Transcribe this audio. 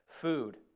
food